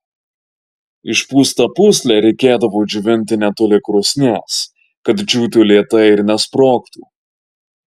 išpūstą pūslę reikėdavo džiovinti netoli krosnies kad džiūtų lėtai ir nesprogtų